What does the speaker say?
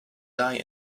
die